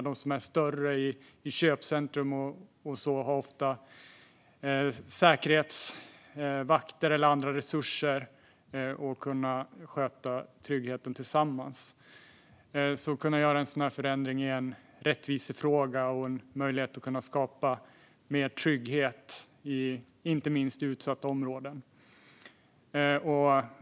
De större butikerna i köpcentrum och liknande har ofta säkerhetsvakter eller andra resurser för att kunna sköta tryggheten tillsammans. Att kunna göra en sådan här förändring är därför en rättvisefråga och en möjlighet att skapa mer trygghet inte minst i utsatta områden.